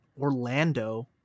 Orlando